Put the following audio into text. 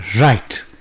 Right